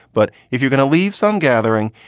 but if you're going to leave some gathering,